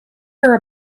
her